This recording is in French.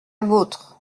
vôtre